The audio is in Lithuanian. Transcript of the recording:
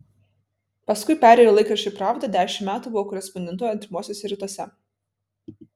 paskui perėjau į laikraštį pravda dešimt metų buvau korespondentu artimuosiuose rytuose